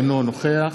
אינו נוכח